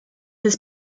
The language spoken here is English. his